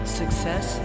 success